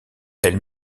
elle